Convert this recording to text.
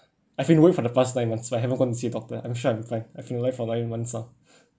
I've been worrying for the past nine months but I haven't gone to see doctor I'm sure I'm fine I've been for nine months lah